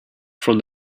from